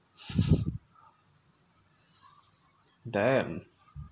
damn